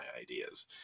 ideas